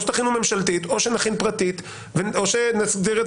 או שתכינו הצעה ממשלתית או שנכין פרטית או שנסדיר את